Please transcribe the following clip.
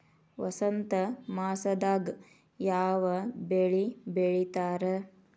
ವಸಂತ ಮಾಸದಾಗ್ ಯಾವ ಬೆಳಿ ಬೆಳಿತಾರ?